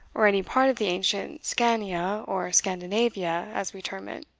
or any part of the ancient scania, or scandinavia, as we term it,